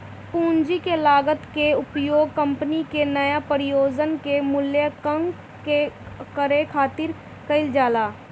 पूंजी के लागत कअ उपयोग कंपनी के नया परियोजना के मूल्यांकन करे खातिर कईल जाला